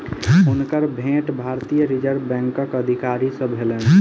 हुनकर भेंट भारतीय रिज़र्व बैंकक अधिकारी सॅ भेलैन